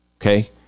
Okay